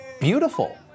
beautiful